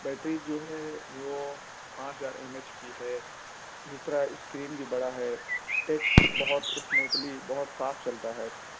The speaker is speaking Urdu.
بیٹری جو ہے وہ پانچ ہزار ایم ایچ کی ہے اسی طرح اسکرین بھی بڑا ہے ٹچ بہت اسموتھلی بہت صاف چلتا ہے